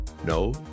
No